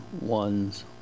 one's